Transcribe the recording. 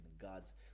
God's